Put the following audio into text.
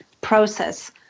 process